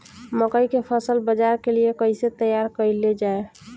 मकई के फसल बाजार के लिए कइसे तैयार कईले जाए?